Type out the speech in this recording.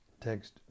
Text